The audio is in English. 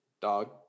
Dog